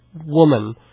woman